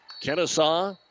Kennesaw